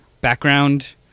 background